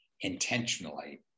intentionally